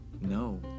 No